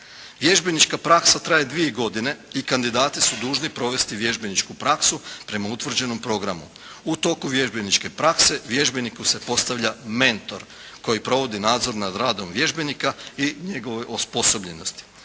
Vježbenička praksa traje 2 godine i kandidati su dužni provesti vježbeničku praksu, prema utvrđenom programu. U toku vježbeničke prakse, vježbeniku se postavlja mentor, koji provodi nadzor nad radom vježbenika i njegove osposobljenosti.